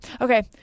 Okay